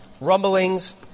rumblings